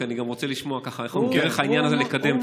אני גם רוצה לשמוע איך דרך העניין הזה לקדם את הסיפור.